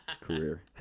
career